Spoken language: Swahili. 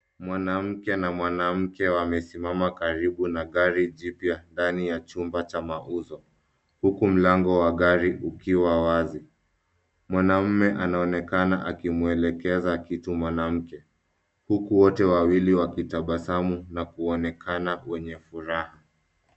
Mwanamume na mwanamke wamesimama karibu na gari jipya ndani ya chumba cha mauzo huku mlango wa gari ukiwa wazi. Mwanamume anaonekana akimwelekeza kitu mwanamke huku wote wawili wakitabasamu na kuonekana wenye furaha.